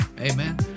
amen